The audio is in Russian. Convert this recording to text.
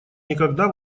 никогда